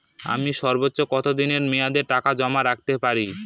আমি সর্বোচ্চ কতদিনের মেয়াদে টাকা জমা রাখতে পারি?